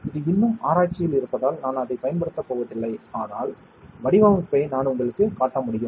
இது இன்னும் ஆராய்ச்சியில் இருப்பதால் நான் அதைப் பயன்படுத்தப் போவதில்லை ஆனால் வடிவமைப்பை நான் உங்களுக்குக் காட்ட முடியும்